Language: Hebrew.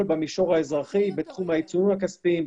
במישור האזרחי בתחום העיצומים הכספיים.